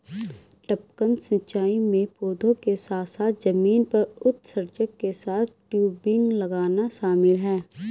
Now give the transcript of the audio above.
टपकन सिंचाई में पौधों के साथ साथ जमीन पर उत्सर्जक के साथ टयूबिंग लगाना शामिल है